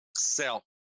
Sell